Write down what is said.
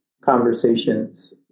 conversations